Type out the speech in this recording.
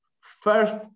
first